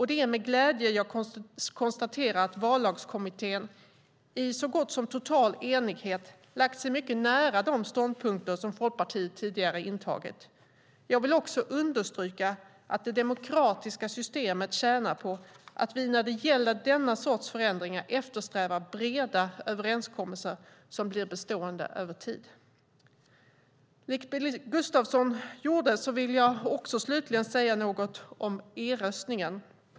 Det är med glädje jag konstaterar att Vallagskommittén i så gott som total enighet lagt sig mycket nära de ståndpunkter som Folkpartiet tidigare intagit. Jag vill också understryka att det demokratiska systemet tjänar på att vi när det gäller denna sorts förändringar eftersträvar breda överenskommelser som blir bestående över tid. Likt Billy Gustafsson vill jag slutligen säga något om e-röstning.